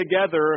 together